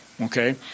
Okay